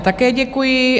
Také děkuji.